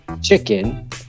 chicken